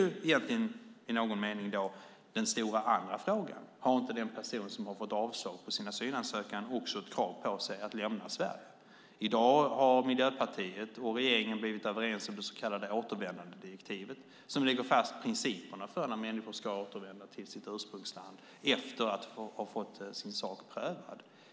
Den andra stora frågan är: Har inte den person som har fått avslag på sin asylansökan också ett krav på sig att lämna Sverige? I dag har Miljöpartiet och regeringen blivit överens om det så kallade återvändandedirektivet, som lägger fast principerna för när människor ska återvända till sitt ursprungsland efter att ha fått sin sak prövad.